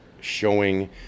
showing